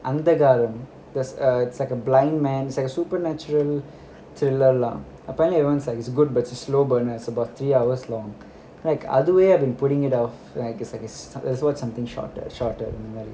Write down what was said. அந்த காலம்:antha kaalam there's a it's like a blind man is like a supernatural thriller lah apparently everyone's like it's good but it's a slow burner it's about three hours long like other way I've been putting it off like it's like a sl~ let's watch something shorter shorter அந்த மாதிரி:antha mathiri